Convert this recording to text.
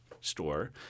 store